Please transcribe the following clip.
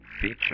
Feature